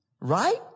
right